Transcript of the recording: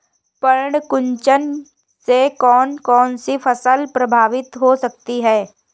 पर्ण कुंचन से कौन कौन सी फसल प्रभावित हो सकती है?